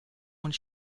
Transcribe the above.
und